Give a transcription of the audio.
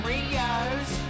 Rios